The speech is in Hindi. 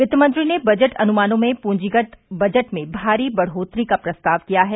वित्तमंत्री ने बजट अनुमानों में पूंजीगत बजट में भारी बढ़ोतरी का प्रस्ताव किया है